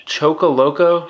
Chocoloco